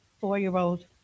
four-year-old